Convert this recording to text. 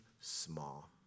small